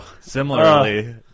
Similarly